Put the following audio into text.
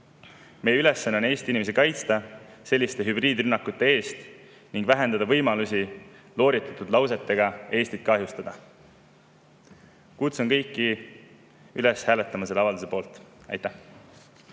Meie ülesanne on Eesti inimesi kaitsta selliste hübriidrünnakute eest ning vähendada võimalusi looritatud lausetega Eestit kahjustada. Kutsun kõiki üles hääletama selle avalduse poolt. Aitäh!